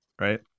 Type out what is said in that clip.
right